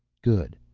good.